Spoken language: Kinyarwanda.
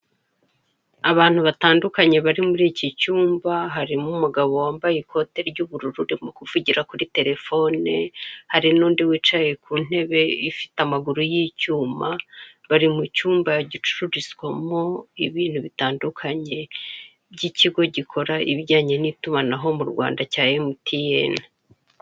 abantu batandukanye bari muri iki cyumba barimo umugabo wambaye ikote ry'ubururu uri kuvugira kuri terefoni hari n'undi wicaye kuntebe ifite amaguru y'Icyma bari mu cymba gikorerwamo ibintu bitandukanye by'ikigo gikora ibijyanye n'itumanaho mu Rwanda cya MTN